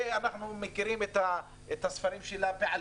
ואנחנו מכירים את הספרים שלה בעל